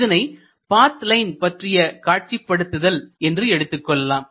இதனை path line பற்றிய காட்சிப்படுத்துதல் என்று எடுத்துக்கொள்ளலாம்